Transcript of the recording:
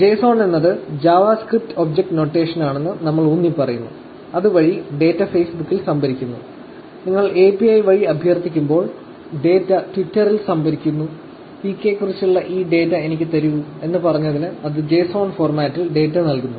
JSON എന്നത് JavaScript object നോട്ടേഷനാണെന്ന് നമ്മൾ ഊന്നിപ്പറയുന്നു അത് വഴി ഡാറ്റ ഫേസ്ബുക്കിൽ സംഭരിച്ചിരിക്കുന്നു നിങ്ങൾ API വഴി അഭ്യർത്ഥിക്കുമ്പോൾ ഡാറ്റ ട്വിറ്ററിൽ സംഭരിക്കുന്നു പികെയെക്കുറിച്ചുള്ള ഈ ഡാറ്റ എനിക്ക് തരൂ എന്ന് പറഞ്ഞതിന് അത് JSON ഫോർമാറ്റിൽ ഡാറ്റ നൽകുന്നു